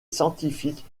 scientifique